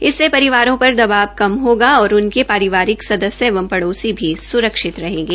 इससे परिवारों पर दबाब कम होगा और उनके पारिवारिक सदस्य एवं पड़ोसी भी सुरक्षित रहेंगे